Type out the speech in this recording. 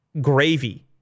gravy